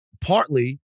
partly